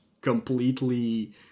completely